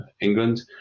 England